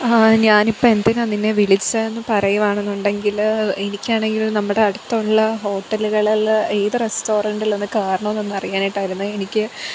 ഞാനിപ്പോൾ എന്തിനാണ് നിന്നെ വിളിച്ചതെന്ന് പറയുകയാണെന്നുണ്ടെങ്കിൽ എനിക്കാണെങ്കിൽ നമ്മുടെ അടുത്തുള്ള ഹോട്ടലുകളിൽ ഏത് റസ്റ്റോറൻ്റിലൊന്ന് കയറണമെന്നൊന്ന് അറിയാനായിട്ടായിരുന്നു എനിക്ക്